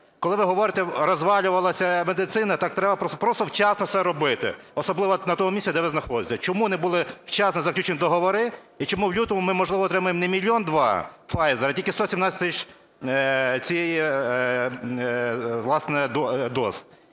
Коли ви говорите, розвалювалася медицина, так треба вчасно просто все робити, особливо на тому місці, де ви знаходитеся. Чому не були вчасно заключені договори? І чому ми в лютому ми, можливо, отримаємо не мільйон-два Pfizer, а тільки 117 тисяч цих доз?